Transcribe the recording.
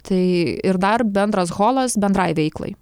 tai ir dar bendras holas bendrai veiklai